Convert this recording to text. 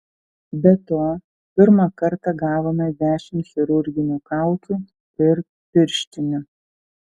be to pirmą kartą gavome dešimt chirurginių kaukių ir pirštinių